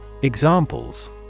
Examples